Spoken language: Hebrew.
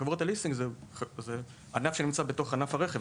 חברות הליסינג זה ענף שנמצא בתוך ענף הרכב.